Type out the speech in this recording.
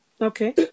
Okay